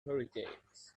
hurricanes